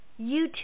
youtube